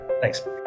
Thanks